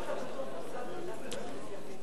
דבר אחד בטוח זה עשה,